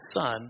Son